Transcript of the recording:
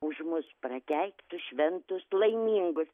už mus prakeiktus šventus laimingus